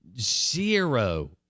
zero